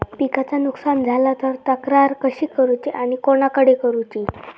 पिकाचा नुकसान झाला तर तक्रार कशी करूची आणि कोणाकडे करुची?